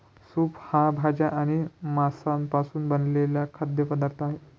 soup हा भाज्या आणि मांसापासून बनवलेला खाद्य पदार्थ आहे